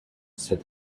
said